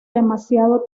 demasiado